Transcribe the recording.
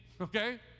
Okay